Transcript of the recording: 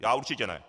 Já určitě ne.